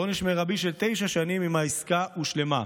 ועונש מרבי של תשע שנים אם העסקה הושלמה.